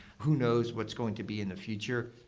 who knows what's going to be in the future?